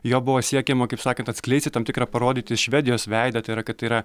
juo buvo siekiama kaip sakant atskleisti tam tikrą parodyti švedijos veidą tai yra kad tai yra